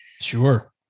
Sure